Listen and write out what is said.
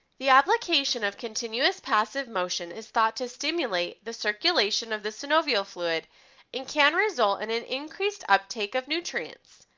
the application of continuous passive motion is thought to stimulate the circulation of the synovial fluid and can result in an increased uptake of nutrients.